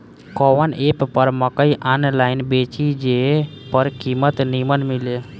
कवन एप पर मकई आनलाइन बेची जे पर कीमत नीमन मिले?